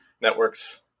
networks